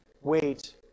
wait